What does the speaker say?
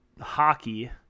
hockey